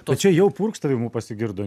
tai čia jau purkštavimų pasigirdo